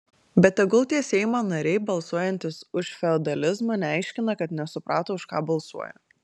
bet tegul tie seimo nariai balsuojantys už feodalizmą neaiškina kad nesuprato už ką balsuoja